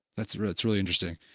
that's that's really interesting.